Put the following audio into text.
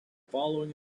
following